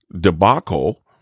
debacle